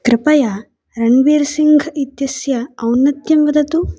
कृपया रन्वीर् सिङ्घ् इत्यस्य औन्नत्यं वदतु